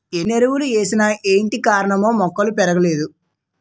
ఎన్నెరువులేసిన ఏటికారణమో మొక్కలు పెరగలేదు